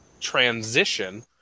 transition